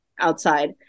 outside